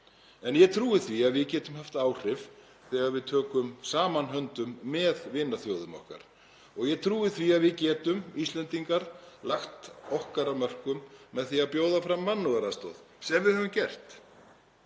En ég trúi því að við getum haft áhrif þegar við tökum saman höndum með vinaþjóðum okkar og ég trúi því að við getum, Íslendingar, lagt okkar af mörkum með því að bjóða fram mannúðaraðstoð, sem við höfum gert